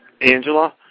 Angela